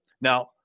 Now